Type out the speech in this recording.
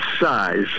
size